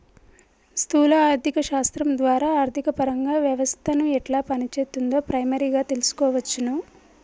స్థూల ఆర్థిక శాస్త్రం ద్వారా ఆర్థికపరంగా వ్యవస్థను ఎట్లా పనిచేత్తుందో ప్రైమరీగా తెల్సుకోవచ్చును